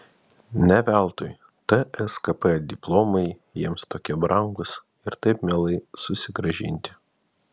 ne veltui tskp diplomai jiems tokie brangūs ir taip mielai susigrąžinti